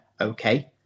okay